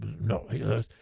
No